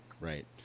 Right